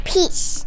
Peace